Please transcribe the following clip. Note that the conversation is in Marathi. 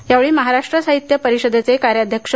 या वेळी महाराष्ट्र साहित्य परिषदेचे कार्याध्यक्ष प्रा